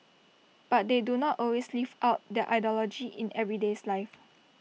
but they do not always live out that ideology in everyday lives